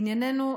בענייננו,